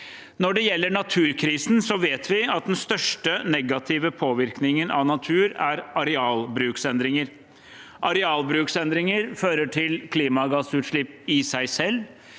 Når det gjelder naturkrisen, vet vi at den største negative påvirkningen av natur er arealbruksendringer. Arealbruksendringer fører til klimagassutslipp i seg selv,